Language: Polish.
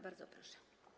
Bardzo proszę.